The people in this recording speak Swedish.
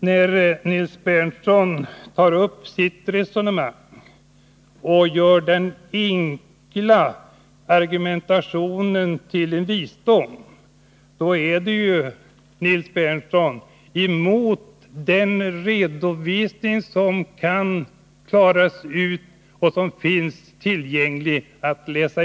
När Nils Berndtson gör den enkla argumentationen till visdom sker detta trots att det finns klara fakta redovisade som talar emot honom — fakta som är tillgängliga för inläsning.